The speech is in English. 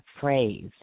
phrase